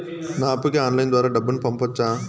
నా అప్పుకి ఆన్లైన్ ద్వారా డబ్బును పంపొచ్చా